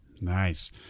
Nice